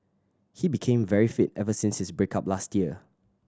he became very fit ever since his break up last year